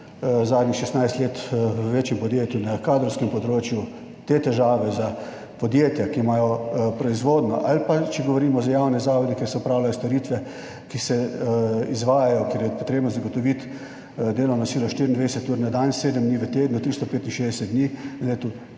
zadnjih 16 let v večjem podjetju na kadrovskem področju, te težave za podjetja, ki imajo proizvodnjo ali pa, če govorimo za javne zavode, kjer se opravljajo storitve, ki se izvajajo, kjer je potrebno zagotoviti delovno silo 24 ur na dan, sedem dni v tednu, 365 dni